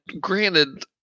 granted